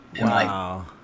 Wow